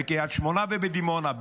בקריית שמונה ובדימונה,